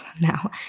now